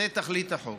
זו תכלית החוק.